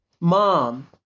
Mom